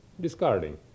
discarding